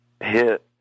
hit